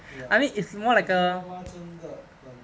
ya 我觉得妈妈真的很